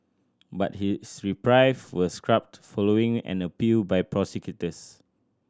but his reprieve was scrubbed following an appeal by prosecutors